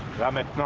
granite,